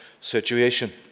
situation